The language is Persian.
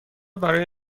برای